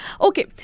Okay